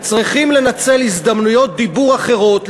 צריכים לנצל הזדמנויות דיבור אחרות,